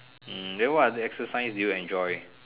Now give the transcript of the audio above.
hmm then what other exercise do you enjoy